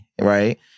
right